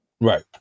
Right